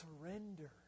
surrender